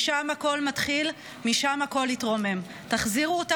משם הכול מתחיל, משם הכול יתרומם.